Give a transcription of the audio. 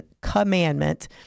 commandment